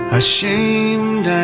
ashamed